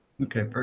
okay